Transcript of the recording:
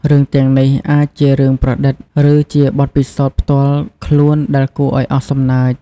រឿងទាំងនេះអាចជារឿងប្រឌិត ឬជាបទពិសោធន៍ផ្ទាល់ខ្លួនដែលគួរឱ្យអស់សំណើច។